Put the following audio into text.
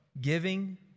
Giving